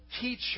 teacher